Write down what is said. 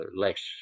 less